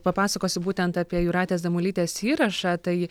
papasakosiu būtent apie jūratės damulytės įrašą tai